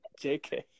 JK